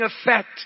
effect